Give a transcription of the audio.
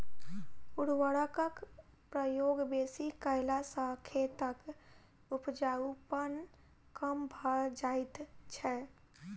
उर्वरकक प्रयोग बेसी कयला सॅ खेतक उपजाउपन कम भ जाइत छै